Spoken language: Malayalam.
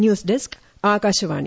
news desk Akashvani